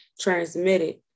transmitted